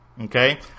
Okay